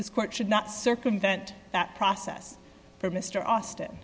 this court should not circumvent that process for mr austin